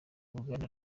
uruganda